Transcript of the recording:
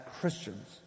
Christians